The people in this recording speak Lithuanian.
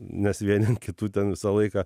nes vieni ant kitų ten visą laiką